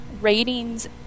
ratings